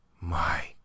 My